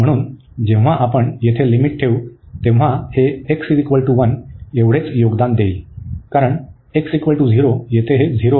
म्हणून जेव्हा आपण येथे लिमिट ठेवू तेव्हा हे x 1 एवढेच योगदान देईल कारण x 0 येथे हे 0 होईल